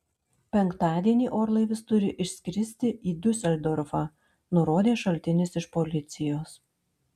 penktadienį orlaivis turi išskristi į diuseldorfą nurodė šaltinis iš policijos